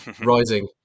rising